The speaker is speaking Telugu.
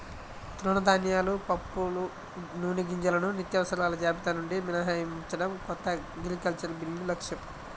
తృణధాన్యాలు, పప్పులు, నూనెగింజలను నిత్యావసరాల జాబితా నుండి మినహాయించడం కొత్త అగ్రికల్చరల్ బిల్లు లక్ష్యం